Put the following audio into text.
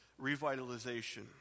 Revitalization